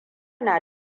na